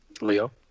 Leo